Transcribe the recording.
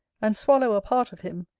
and swallow a part of him,